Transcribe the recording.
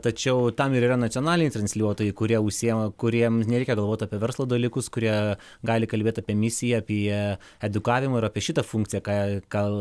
tačiau tam yra nacionaliniai transliuotojai kurie užsiima kuriems nereikia galvoti apie verslo dalykus kurie gali kalbėti apie misiją apie edukavimą ir apie šitą funkciją ką ką